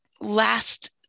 last